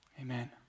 Amen